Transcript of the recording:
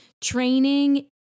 training